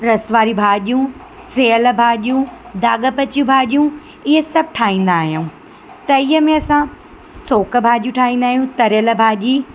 रस वारी भाॼियूं से्हल भाॼियूं दाग पची भाॼियूं ईअं सभु ठाहींदा आहियूं तईअ में असां सोक भाॼियूं ठाहींदा आहियूं तरियल भाॼी